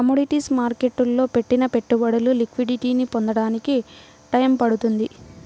commodities మార్కెట్టులో పెట్టిన పెట్టుబడులు లిక్విడిటీని పొందడానికి టైయ్యం పడుతుంది